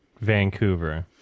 Vancouver